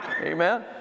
Amen